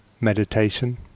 meditation